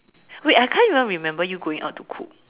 wait I can't even remember you going out to cook